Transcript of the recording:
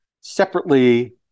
separately